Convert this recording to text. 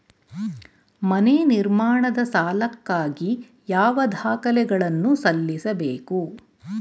ಮನೆ ನಿರ್ಮಾಣದ ಸಾಲಕ್ಕಾಗಿ ಯಾವ ದಾಖಲೆಗಳನ್ನು ಸಲ್ಲಿಸಬೇಕು?